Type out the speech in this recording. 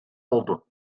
oldu